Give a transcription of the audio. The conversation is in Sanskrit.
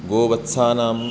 गोवत्सानां